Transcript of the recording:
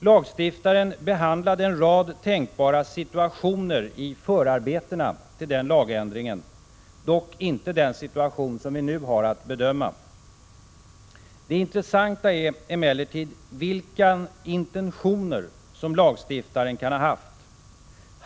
Lagstiftaren behandlade en rad tänkbara situationer i förarbetena till den lagändringen, dock inte den situation som vi nu har att bedöma. Det intressanta är emellertid vilka intentioner lagstiftaren kan ha haft.